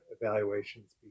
evaluations